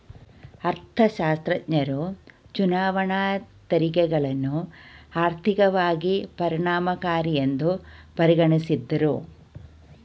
ಅರ್ಥಶಾಸ್ತ್ರಜ್ಞರು ಚುನಾವಣಾ ತೆರಿಗೆಗಳನ್ನ ಆರ್ಥಿಕವಾಗಿ ಪರಿಣಾಮಕಾರಿಯೆಂದು ಪರಿಗಣಿಸಿದ್ದ್ರು